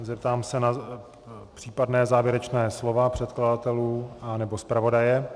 Zeptám se na případná závěrečná slova předkladatelů anebo zpravodaje.